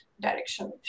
direction